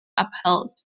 upheld